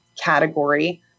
category